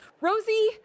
Rosie